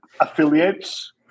affiliates